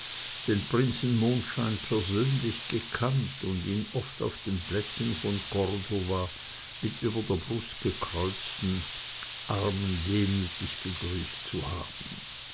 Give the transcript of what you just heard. den prinzen mondschein persönlich gekannt und ihn oft auf den plätzen von cordova mit über der brust gekreuzten armen demütig begrüßt zu haben